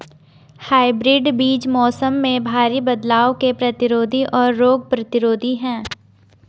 hybrid बीज मौसम में भारी बदलाव के प्रतिरोधी और रोग प्रतिरोधी हैं